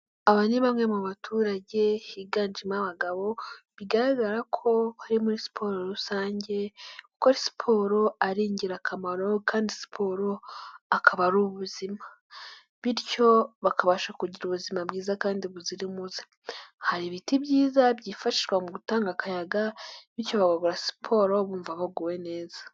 Aba ni bamwe mu baturage higanjemo abagabo bigaragara ko bari muri siporo rusange, kuko siporo ari ingirakamaro kandi siporo akaba ari ubuzima bityo bakabasha kugira ubuzima bwiza kandi buzira umuze, hari ibiti byiza byifashishwa mu gutanga akayaga bityo bagakora siporo bumva baguwe neza.